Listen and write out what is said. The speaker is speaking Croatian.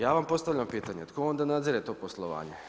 Ja vam postavljam pitanje, tko onda nadzire to poslovanje?